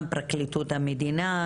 פרקליטות המדינה,